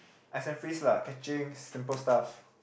ice and freeze lah catching simple stuff